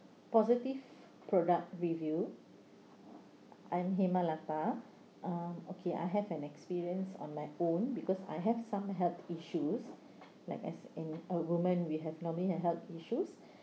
positive product review I'm hemalathar uh okay I have an experience on my own because I have some health issues like as in a woman we have normally have health issues